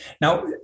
Now